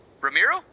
Ramiro